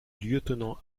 lieutenant